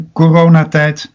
coronatijd